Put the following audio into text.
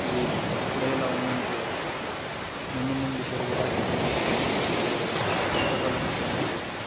ఇది ఇప్పుడే ఇలా ఉందంటే ముందు ముందు తెలుగు భాష అనేది బూ పుస్తకాలలో మాత్రమే చదువుకుంటాం